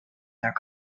their